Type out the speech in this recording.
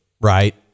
Right